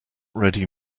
ready